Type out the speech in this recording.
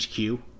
HQ